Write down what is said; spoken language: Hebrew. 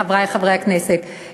חברי חברי הכנסת,